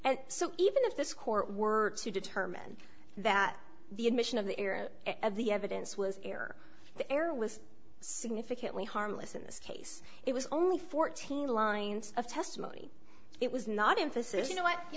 and so even if this court were to determine that the admission of the error of the evidence was error the error was significantly harmless in this case it was only fourteen lines of testimony it was not emphasis you